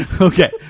Okay